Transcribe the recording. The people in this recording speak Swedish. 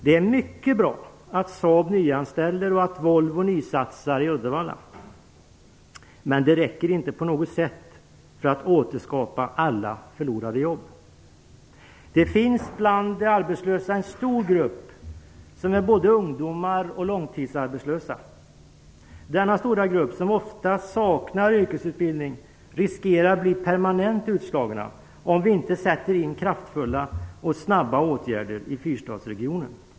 Det är mycket bra att Saab nyanställer och att Volvo nysatsar i Uddevalla, men det räcker inte på något sätt för att återskapa alla förlorade jobb. Det finns bland de arbetslösa en stor grupp som är både ungdomar och långtidsarbetslösa. Denna stora grupp, som oftast saknar yrkesutbildning, riskerar att bli permanent utslagen om vi inte sätter in kraftfulla och snabba åtgärder i Fyrstadsregionen.